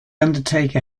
undertaker